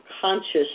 conscious